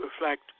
reflect